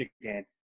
again